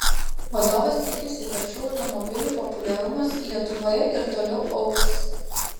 vadovas tikisi kad šių automobilių populiarumas lietuvoje ir toliau augs